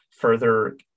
further